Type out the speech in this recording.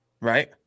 right